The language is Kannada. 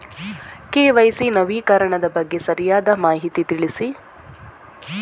ಕೆ.ವೈ.ಸಿ ನವೀಕರಣದ ಬಗ್ಗೆ ಸರಿಯಾದ ಮಾಹಿತಿ ತಿಳಿಸಿ?